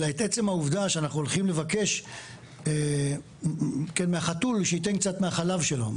אלא את עצם העובדה שאנחנו הולכים לבקש מהחתול שייתן קצת מהחלב שלו,